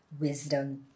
wisdom